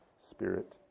Spirit